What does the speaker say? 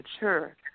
mature